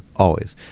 always.